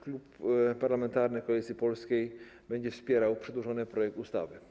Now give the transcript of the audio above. Klub Parlamentarny Koalicja Polska będzie wspierał przedłożony projekt ustawy.